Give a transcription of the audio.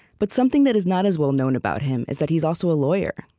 but something that is not as well known about him is that he's also a lawyer.